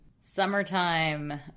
Summertime